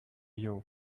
you